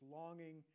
longing